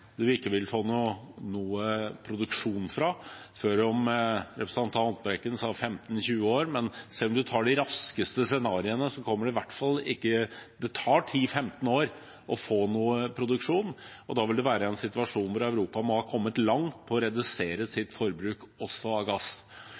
ikke vil få noen produksjon fra på lang tid. Representanten Haltbrekken sa 15–20 år, men selv om man tar de raskeste scenarioene, tar det 10–15 år å få noe produksjon, og da vil situasjonen være at Europa må ha kommet langt i å redusere